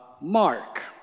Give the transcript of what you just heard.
Mark